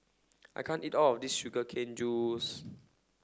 I can't eat all of this sugar cane juice